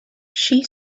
she